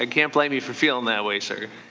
ah cannot blame you for feeling that way. so